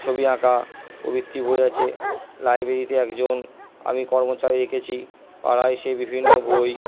ছবি আঁকা প্রভৃতি বই আছে লাইব্রেরিতে একজন আমি কর্মচারী রেখেছি তারা এসে বিভিন্ন বই